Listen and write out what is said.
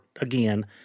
again